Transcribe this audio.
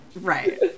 Right